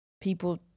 people